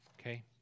okay